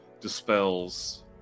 dispels